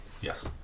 Yes